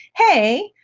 hey,